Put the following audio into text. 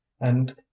and